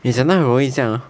你讲到很容易这样 [ho]